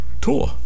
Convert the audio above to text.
tour